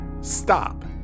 stop